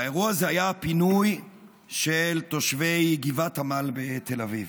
האירוע הזה היה פינוי של תושבי גבעת עמל בתל אביב.